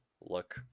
look